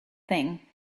thing